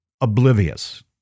oblivious